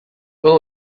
will